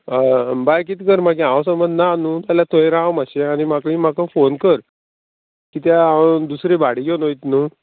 आं बाय कितें कर मागीर हांव समज ना न्हू जाल्यार थंय राव मातशें आनी म्हाका म्हाका फोन कर कित्या हांव दुसरी भाडी घेवन वयतां न्हू